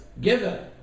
given